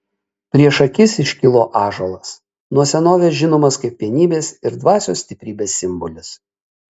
prieš akis iškilo ąžuolas nuo senovės žinomas kaip vienybės ir dvasios stiprybės simbolis